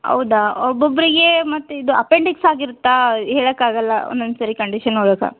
ಹೌದಾ ಒಬ್ಬೊಬ್ಬರಿಗೆ ಮತ್ತು ಇದು ಅಪೆಂಡಿಕ್ಸ್ ಆಗಿರುತ್ತಾ ಹೇಳೋಕಾಗಲ್ಲ ಒಂದೊಂದು ಸರಿ ಕಂಡೀಷನ್ ನೋಡ್ಬೇಕು